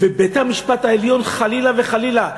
ובית-המשפט העליון, חלילה וחלילה.